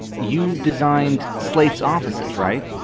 you designed slate's offices, right?